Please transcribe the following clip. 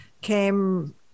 came